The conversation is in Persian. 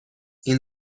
این